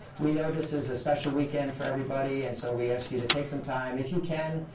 we know this is a special weekend for everybody, and so, we ask you to take some time, if you can,